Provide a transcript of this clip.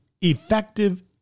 effective